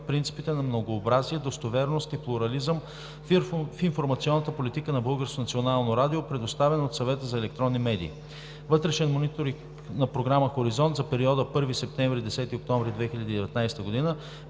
принципите на многообразие, достоверност и плурализъм в информационната политика на Българското национално радио, предоставен от Съвета за електронни медии; - Вътрешен мониторинг на програма „Хоризонт“ за периода 1 септември – 10 октомври 2019 г.,